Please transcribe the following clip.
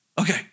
Okay